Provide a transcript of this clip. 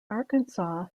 arkansas